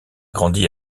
grandi